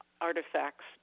artifacts